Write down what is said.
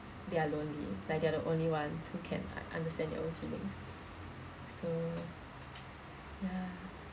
they are lonely like they're the only ones who can like understand their own feelings so ya